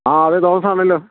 ആ അതെ ജോസ് ആണല്ലോ